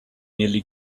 nearly